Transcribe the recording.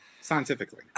scientifically